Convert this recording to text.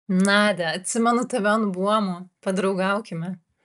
nadia atsimenu tave ant buomo padraugaukime